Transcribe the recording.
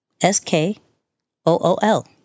S-K-O-O-L